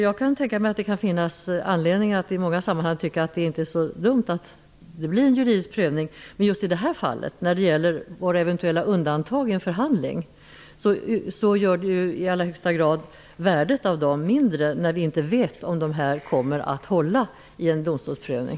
Jag kan tänka mig att det i många sammanhang kan finnas anledning att tycka att det inte är så dumt att det blir en juridisk prövning. Just i det här fallet när det gäller våra eventuella undantag i en förhandling blir värdet av dem i allra högsta grad mindre när vi inte vet om de kommer att hålla vid en domstolsprövning.